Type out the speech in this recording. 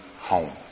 home